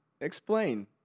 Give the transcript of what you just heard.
Explain